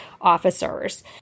officers